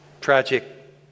tragic